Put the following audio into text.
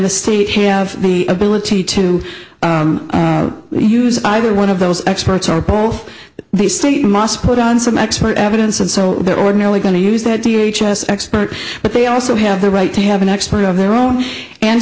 the state have the ability to use either one of those experts are both the state must put on some expert evidence and so they're ordinarily going to use that t h s expert but they also have the right to have an expert of their own and